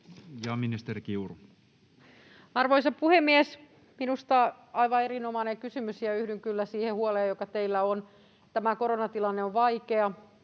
Ministeri Kiuru. Arvoisa puhemies! Minusta aivan erinomainen kysymys, ja yhdyn kyllä siihen huoleen, joka teillä on. Tämä koronatilanne on vaikea,